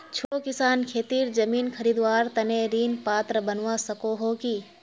छोटो किसान खेतीर जमीन खरीदवार तने ऋण पात्र बनवा सको हो कि?